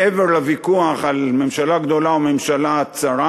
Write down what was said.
מעבר לוויכוח על ממשלה גדולה או ממשלה צרה,